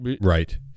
Right